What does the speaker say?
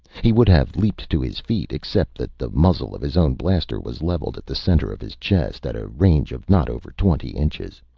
he would have leaped to his feet except that the muzzle of his own blaster was leveled at the center of his chest, at a range of not over twenty inches.